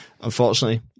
unfortunately